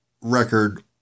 record